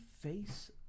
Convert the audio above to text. face